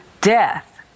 Death